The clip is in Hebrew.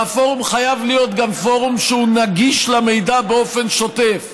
והפורום חייב להיות גם פורום שמידע נגיש לו באופן שוטף,